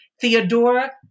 Theodora